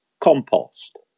compost